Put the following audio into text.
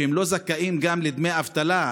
הם לא זכאים לדמי אבטלה,